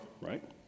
right